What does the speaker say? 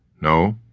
No